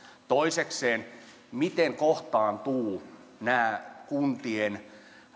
toisekseen miten kohtaantuvat nämä kuntien